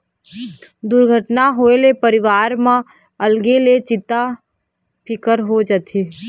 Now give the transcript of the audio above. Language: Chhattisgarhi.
दुरघटना होए ले परिवार म अलगे ले चिंता फिकर हो जाथे